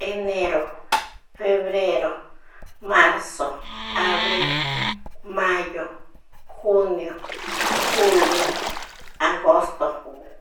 Enero, febrero, marso, abri, mayo, junio, julio, agosto,